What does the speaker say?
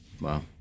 Wow